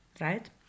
right